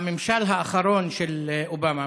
הממשל האחרון של אובמה,